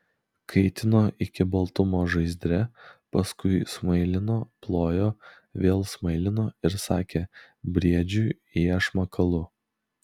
kaitino iki baltumo žaizdre paskui smailino plojo vėl smailino ir sakė briedžiui iešmą kalu